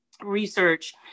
Research